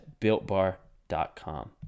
BuiltBar.com